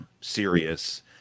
serious